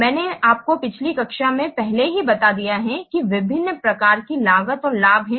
मैंने आपको पिछली कक्षा में पहले ही बता दिया है कि विभिन्न प्रकार की लागत और लाभ हैं